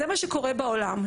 זה מה שקורה בעולם.